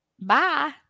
Bye